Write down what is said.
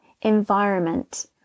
environment